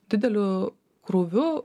dideliu krūviu